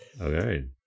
Okay